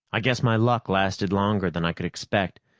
i guess my luck lasted longer than i could expect.